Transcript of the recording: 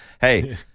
hey